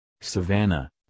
savannah